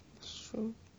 true